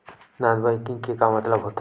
Non banking के मतलब का होथे?